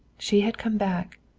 she had come back.